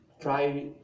Try